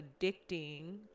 addicting